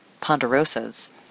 ponderosas